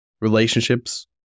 relationships